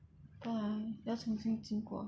!wah! 要重新经过